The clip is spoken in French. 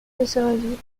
desservies